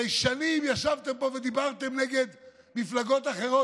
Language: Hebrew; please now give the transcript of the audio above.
הרי שנים ישבתם פה ודיברתם נגד מפלגות אחרות,